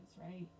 Right